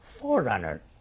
forerunner